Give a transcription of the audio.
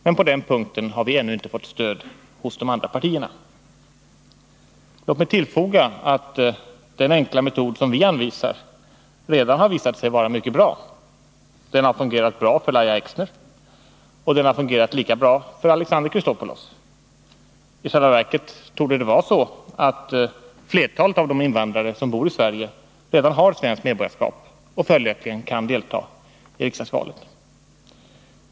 Men på den punkten har vi ännu inte fått stöd hos de andra partierna. Låt mig tillfoga att den enkla metod som vi anvisar redan har visat sig vara mycket bra. Den har fungerat bra för Lahja Exner, och den har fungerat lika bra för Alexander Chrisopoulos. I själva verket torde det vara så att flertalet av de invandrare som bor i Sverige redan har svenskt medborgarskap och följaktligen kan delta i riksdagsvalet.